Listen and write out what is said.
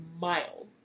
mile